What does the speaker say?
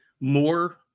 more